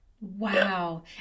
wow